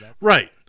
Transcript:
Right